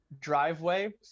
driveway